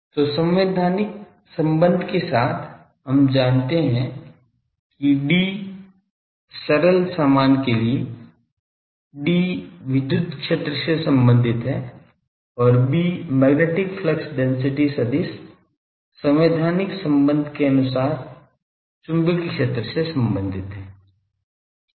तो संवैधानिक संबंध के साथ हम जानते हैं कि D सरल सामान के लिए D विद्युत क्षेत्र से संबंधित है और B मैग्नेटिक फ्लक्स डेंसिटी सदिश संवैधानिक संबंध के अनुसार चुंबकीय क्षेत्र से संबंधित है